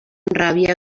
ràbia